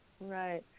right